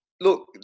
look